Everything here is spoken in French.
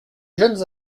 jeunes